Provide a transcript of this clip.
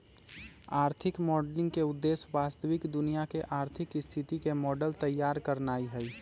आर्थिक मॉडलिंग के उद्देश्य वास्तविक दुनिया के आर्थिक स्थिति के मॉडल तइयार करनाइ हइ